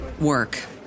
work